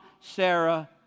Sarah